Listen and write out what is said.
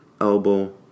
elbow